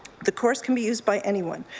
the course can be used by anyone.